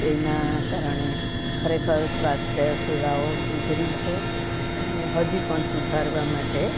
તેના કારણે ખરેખર સ્વાસ્થ્ય સેવાઓ સુધરી છે ને હજી પણ સુધારવા માટે